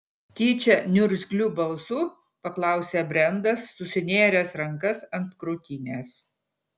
tyčia niurgzliu balsu paklausė brendas susinėręs rankas ant krūtinės